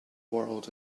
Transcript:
world